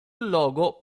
logo